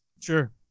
Sure